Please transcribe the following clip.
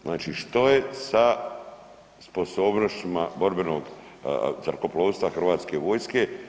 Znači što je sa sposobnostima borbenog zrakoplovstva Hrvatske vojske?